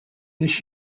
this